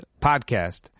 podcast